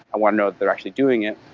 i want to know that they're actually doing it.